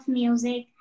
music